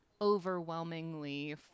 overwhelmingly